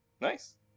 Nice